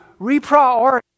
reprioritize